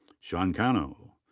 sean cano.